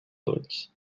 ulls